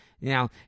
Now